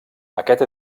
aquest